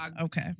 Okay